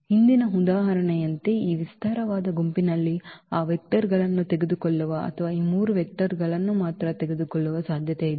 ಹಿಂದಿನ ಉದಾಹರಣೆಯಂತೆ ಈ ವಿಸ್ತಾರವಾದ ಗುಂಪಿನಲ್ಲಿ ಆ 4 ವೆಕ್ಟರ್ ಗಳನ್ನು ತೆಗೆದುಕೊಳ್ಳುವ ಅಥವಾ ಆ 3 ವೆಕ್ಟರ್ ಗಳನ್ನು ಮಾತ್ರ ತೆಗೆದುಕೊಳ್ಳುವ ಸಾಧ್ಯತೆಯಿದೆ